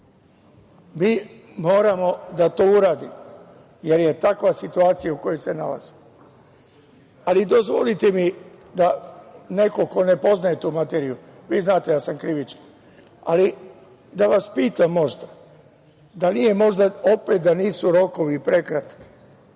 Mi moramo da to uradimo, jer je takva situacija u kojoj se nalazimo. Ali, dozvolite mi da neko ko ne poznaje tu materiju, vi znate, ja sam krivičar, ali da vas pitam - da nisu možda opet rokovi prekratki?